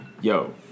yo